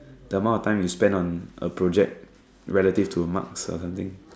the amount of time you spend on a project relative to marks or something